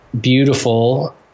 beautiful